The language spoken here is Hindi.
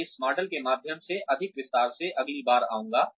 मैं इस मॉडल के माध्यम से अधिक विस्तार से अगली बार जाऊँगा